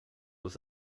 was